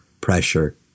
pressure